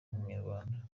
nk’umunyarwanda